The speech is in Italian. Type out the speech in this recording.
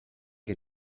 che